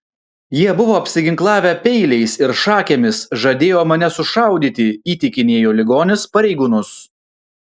jie buvo apsiginklavę peiliais ir šakėmis žadėjo mane sušaudyti įtikinėjo ligonis pareigūnus